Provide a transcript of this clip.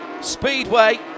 speedway